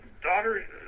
daughter